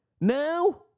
Now